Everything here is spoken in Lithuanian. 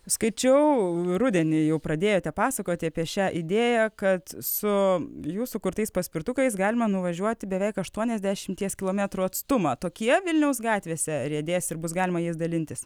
skaičiau rudenį jau pradėjote pasakoti apie šią idėją kad su jų sukurtais paspirtukais galima nuvažiuoti beveik aštuoniasdešimties kilometrų atstumą tokie vilniaus gatvėse riedės ir bus galima jais dalintis